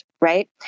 Right